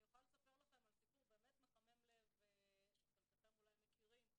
אני יכולה לספר לכם על סיפור באמת מחמם לב שחלקכם אולי מכירים,